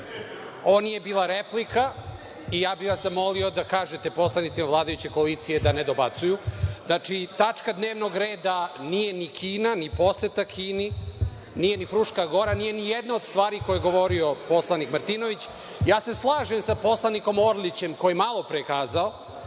Ovo nije bila replika i ja bih vas zamolio da kažete poslanicima vladajuće koalicije da ne dobacuju. Znači, tačka dnevnog reda nije ni Kina, ni poseta Kini, nije ni Fruška Gora, nije nijedna od stvari koje je govorio poslanik Martinović. Slažem se sa poslanikom Orlićem koji je malopre kazao,